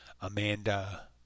Amanda